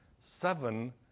Seven